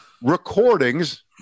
Recordings